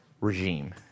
regime